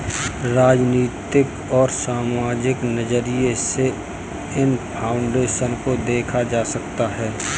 राजनीतिक और सामाजिक नज़रिये से इन फाउन्डेशन को देखा जा सकता है